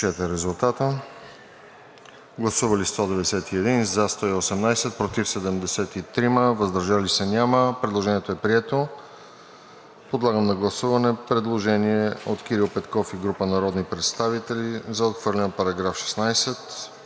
Предложението е прието. Подлагам на гласуване предложение от Кирил Петков и група народни представители за отхвърляне на § 16,